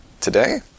today